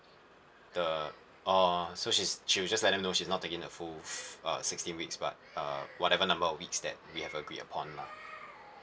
the oh so she's she'll just let them know that she's not taking the full uh sixteen weeks but uh whatever number of weeks that we have agreed upon lah